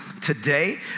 today